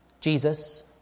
Jesus